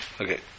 Okay